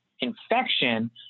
infection